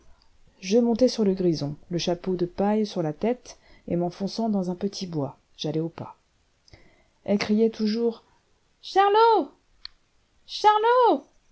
je montai sur le grison le chapeau de paille sur la tête et m'enfonçant dans un petit bois j'allai au pas elle criait toujours charlot charlot